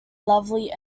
lovely